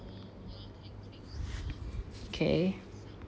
okay